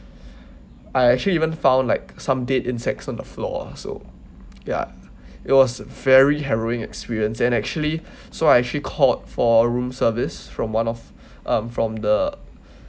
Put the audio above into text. I actually even found like some dead insects on the floor so ya it was very harrowing experience and actually so I actually called for room service from one of um from the